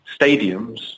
stadiums